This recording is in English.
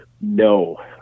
No